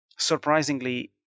Surprisingly